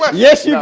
but yes, you